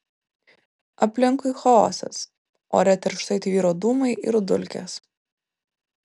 aplinkui chaosas ore tirštai tvyro dūmai ir dulkės